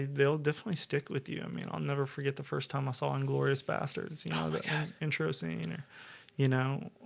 they'll definitely stick with you. i mean, i'll never forget the first time i saw inglorious basterds you know but yeah intro saying you know,